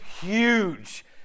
huge